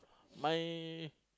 my